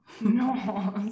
No